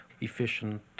Efficient